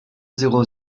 zéro